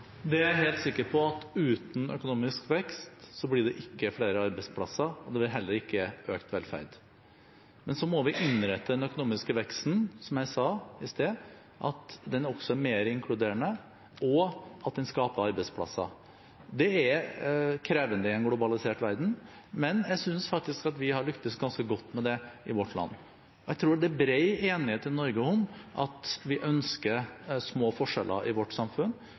uten økonomisk vekst blir det ikke flere arbeidsplasser. Det blir heller ikke økt velferd. Men så må vi – som jeg sa i sted – innrette den økonomiske veksten slik at den også er mer inkluderende, og at den skaper arbeidsplasser. Det er krevende i en globalisert verden, men jeg synes faktisk at vi har lyktes ganske godt med det i vårt land. Jeg tror det er bred enighet i Norge om at vi ønsker små forskjeller i vårt samfunn.